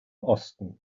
osten